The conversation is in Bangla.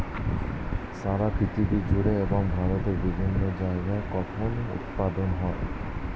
সারা পৃথিবী জুড়ে এবং ভারতের বিভিন্ন জায়গায় কটন উৎপাদন হয়